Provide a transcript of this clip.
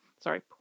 Sorry